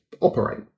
operate